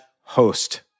host